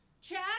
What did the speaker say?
Chad